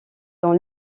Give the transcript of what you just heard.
dans